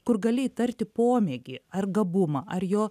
kur gali įtarti pomėgį ar gabumą ar jo